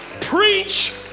Preach